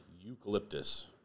eucalyptus